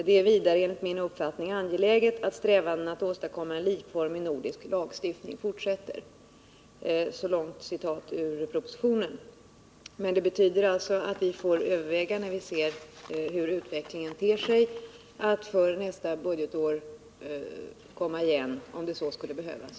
Det är vidare enligt min uppfattning angeläget att strävandena att åstadkomma en likformig nordisk lagstiftning fortsätter.” Det betyder alltså att vi, när vi ser hur utvecklingen ter sig, får överväga om vi skall återkomma med stimulans för nästa budgetår, om så skulle behövas.